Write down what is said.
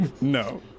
No